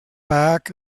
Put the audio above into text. back